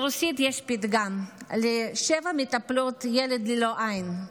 ברוסית יש פתגם: לשבע מטפלות ילד ללא עין.